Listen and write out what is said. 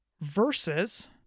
versus